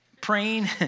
praying